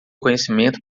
conhecimento